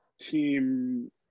team